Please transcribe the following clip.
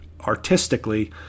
artistically